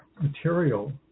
material